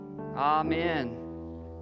Amen